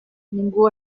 ningú